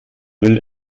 will